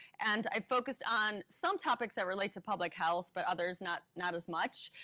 and i've focused on some topics that relate to public health but others not not as much,